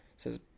says